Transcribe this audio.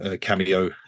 cameo